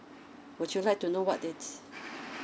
would you like to know what the